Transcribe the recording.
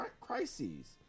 crises